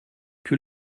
que